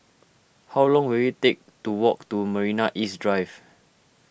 how long will it take to walk to Marina East Drive